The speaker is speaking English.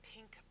Pink